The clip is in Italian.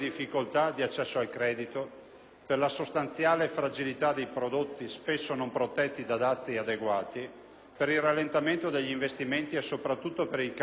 per la sostanziale fragilità dei prodotti spesso non protetti da dazi adeguati, per il rallentamento degli investimenti e, soprattutto, per il calo dei consumi da parte delle famiglie.